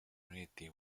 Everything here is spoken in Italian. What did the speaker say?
uniti